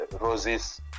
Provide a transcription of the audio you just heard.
Roses